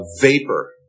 vapor